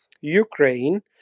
Ukraine